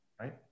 right